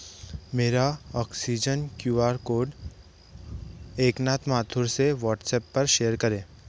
मेरा oxygen Q R code Eknath Mathur से WhatsApp पर शेयर करें